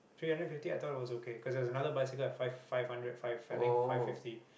three hundred fifty I thought was okay because another bicycle on five five hundred five five I think five fifty